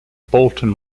bolton